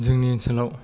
जोंनि ओनसोलाव